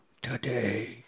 today